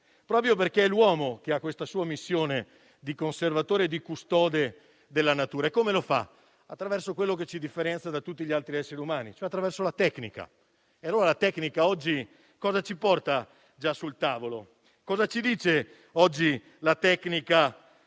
proprio perché è l'uomo che ha la missione di conservatore e custode della natura e lo fa attraverso quello che ci differenzia da tutti gli altri esseri viventi, e cioè attraverso la tecnica. Cosa ci porta oggi la tecnica già sul tavolo? Cosa ci dice oggi la tecnica